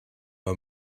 her